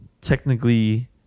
technically